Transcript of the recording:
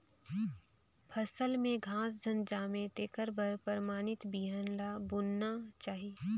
फसल में घास झन जामे तेखर बर परमानित बिहन ल बुनना चाही